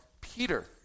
peter